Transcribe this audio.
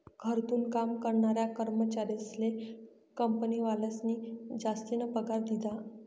घरथून काम करनारा कर्मचारीस्ले कंपनीवालास्नी जासतीना पगार दिधा